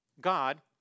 God